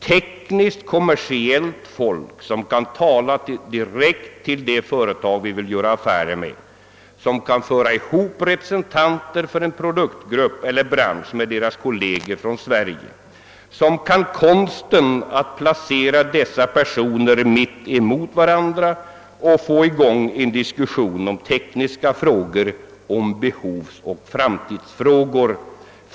Teknisktkommersiellt folk som kan tala direkt till de företag vi vill göra affärer med. Som kan föra ihop representanter för en produktgrupp eller bransch med deras kolleger från Sverige. Som kan konsten att placera dessa personer mitt emot varandra och få i gång en diskussion om tekniska frågor, om behovsoch framtidsfrågor.